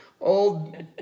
old